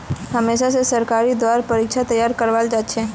हमेशा स सरकारेर द्वारा परीक्षार तैयारी करवाल जाछेक